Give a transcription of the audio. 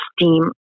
Steam